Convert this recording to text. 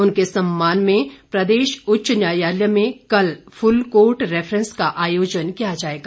उनके सम्मान में प्रदेश उच्च न्यायालय में कल फुल कोर्ट रैफरेंस का आयोजन किया जाएगा